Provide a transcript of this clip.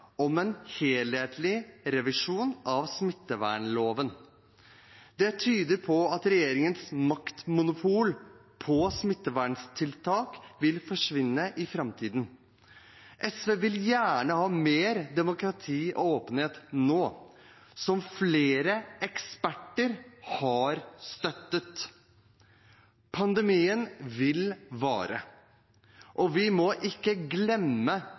en helhetlig revisjon av smittevernloven. Det tyder på at regjeringens maktmonopol på smitteverntiltak vil forsvinne i framtiden. SV vil gjerne ha mer demokrati og åpenhet nå, som flere eksperter har støttet. Pandemien vil vare, og vi må ikke glemme